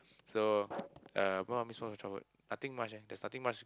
so uh what I gonna miss my childhood nothing much eh that's nothing much